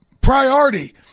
priority